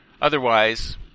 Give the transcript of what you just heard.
Otherwise